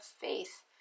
faith